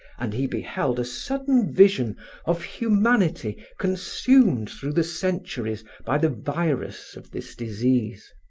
and he beheld a sudden vision of humanity consumed through the centuries by the virus of this disease.